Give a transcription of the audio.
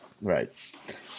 Right